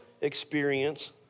experience